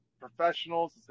professionals